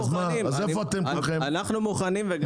אנחנו מוכנים.